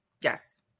Yes